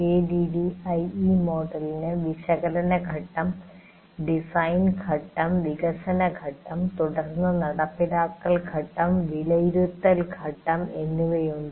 ADDIE മോഡലിന് വിശകലന ഘട്ടം ഡിസൈൻ ഘട്ടം വികസന ഘട്ടം തുടർന്ന് നടപ്പിലാക്കൽ ഘട്ടം വിലയിരുത്തൽ ഘട്ടം എന്നിവയുണ്ട്